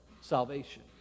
salvation